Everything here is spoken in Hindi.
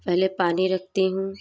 पहले पानी रखती हूँ